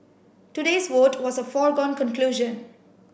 today's vote was a foregone conclusion